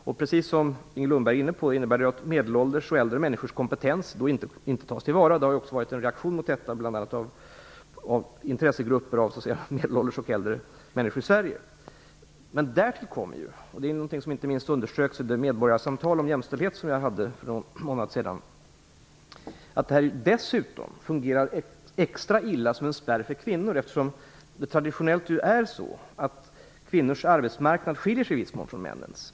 Precis som Inger Lundberg var inne på innebär det att medelålders och äldre människors kompetens inte tas till vara. Det har också varit en reaktion mot detta, bl.a. från intressegrupper för medelålders och äldre människor i Sverige. Därtill kommer, och det är någonting som inte minst underströks i det medborgarsamtal om jämställdhet som jag hade för någon månad sedan, att det dessutom fungerar extra illa som en spärr för kvinnor. Det är ju traditionellt så, att kvinnors arbetsmarknad skiljer sig åt från männens.